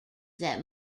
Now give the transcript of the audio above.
that